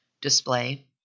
display